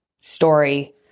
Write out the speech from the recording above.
story